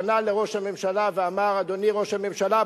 פנה לראש הממשלה ואמר: אדוני ראש הממשלה,